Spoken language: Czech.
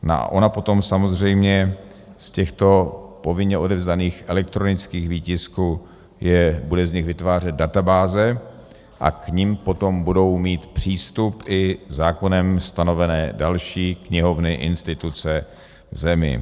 A ona potom samozřejmě z těchto povinně odevzdaných elektronických výtisků bude vytvářet databáze a k nim potom budou mít přístup i zákonem stanovené další knihovny a instituce v zemi.